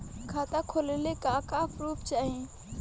खाता खोलले का का प्रूफ चाही?